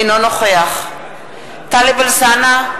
אינו נוכח טלב אלסאנע,